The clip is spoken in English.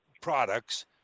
products